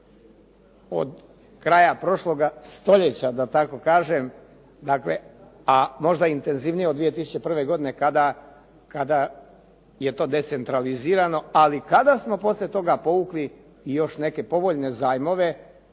od kraja prošloga stoljeća da tako kažem a možda intenzivnije od 2001. godine kada je to decentralizirano ali i kada smo poslije toga povukli i još neke povoljne zajmove